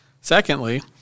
Secondly